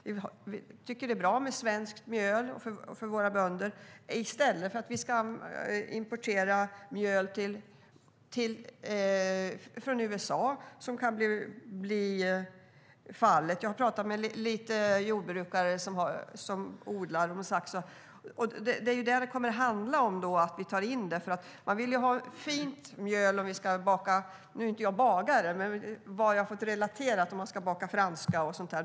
Vi tycker att det är bra med svenskt mjöl i stället för att vi ska importera mjöl från USA, som kan bli fallet. Jag har pratat lite med jordbrukare som odlar och som har sagt att det kommer att handla om att vi tar in mjöl från USA. Man vill ha fint mjöl - nu är jag inte bagare, men bara för att relatera - när man ska baka till exempel franskbröd.